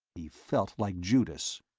he felt like judas.